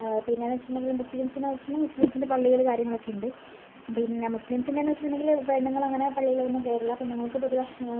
പിന്നെന്നുവെച്ചിട്ടുണ്ടെങ്കില് മുസ്ലീംസിനുവെച്ചാൽ മുസ്ലീംസിൻ്റെ പള്ളികള് കാര്യങ്ങളൊക്കെയുണ്ട് പിന്നെ മുസ്ലീംസിൻ്റെന്നു വെച്ചിട്ടുണ്ടെങ്കില് പെണ്ണുങ്ങൾ അങ്ങനെ പള്ളിയിലൊന്നും കയറില്ല പെണ്ണുങ്ങൾക്ക് പൊതുവെ